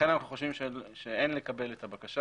לכן אנחנו חושבים שאין לקבל את הבקשה.